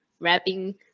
wrapping